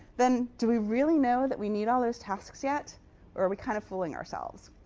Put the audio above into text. then do we really know that we need all those tasks yet? or are we kind of fooling ourselves?